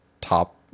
top